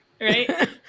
Right